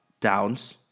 Downs